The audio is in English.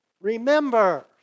remember